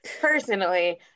personally